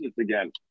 again